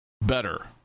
better